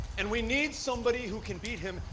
and we need somebody who can beat him.